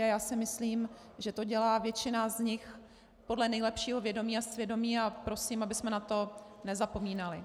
A já si myslím, že to dělá většina z nich podle nejlepšího vědomí a svědomí, a prosím, abychom na to nezapomínali.